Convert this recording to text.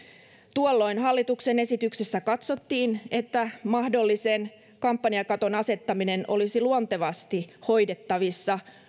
tuolloin hallituksen esityksessä katsottiin että mahdollisen kampanjakaton asettaminen olisi luontevasti hoidettavissa